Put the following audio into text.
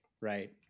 right